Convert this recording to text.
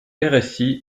rsi